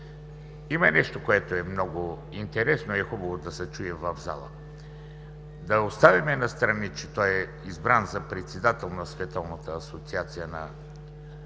Има нещо, което е много интересно и е хубаво да се чуе в залата. Да оставим настрана, че той е избран за председател на Световната асоциация на